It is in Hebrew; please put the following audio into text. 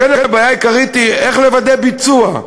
לכן הבעיה העיקרית היא איך לוודא ביצוע.